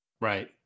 Right